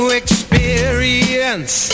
experience